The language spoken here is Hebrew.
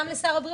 גם לשר הבריאות,